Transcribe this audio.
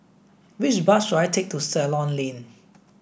which bus should I take to Ceylon Lane